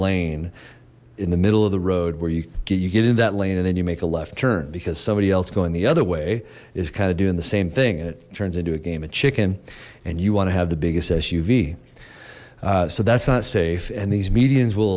lane in the middle of the road where you get you get in that lane and then you make a left turn because somebody else going the other way is kind of doing the same thing and it turns into a game of chicken and you want to have the biggest suv so that's not safe and these medians will